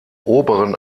oberen